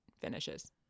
finishes